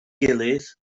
gilydd